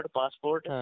passport